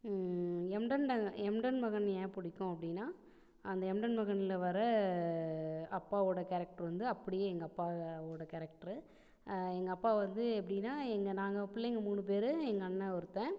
எம்டன் ட எம்டன் மகன் ஏன் பிடிக்கும் அப்படின்னா அந்த எம்டன் மகன்ல வர அப்பாவோட கேரக்ட்ரு வந்து அப்படியே எங்கள் அப்பாவோட கேரக்ட்ரு எங்கள் அப்பா வந்து எப்படின்னா எங்கள் நாங்கள் பிள்ளைங்கள் மூணு பேர் எங்கள் அண்ணன் ஒருத்தன்